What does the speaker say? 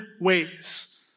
ways